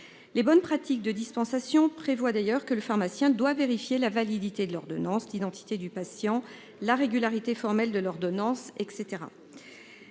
Les bonnes pratiques de dispensation prévoit d'ailleurs que le pharmacien doit vérifier la validité de l'ordonnance d'identité du patient la régularité formelle de l'ordonnance et